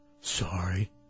Sorry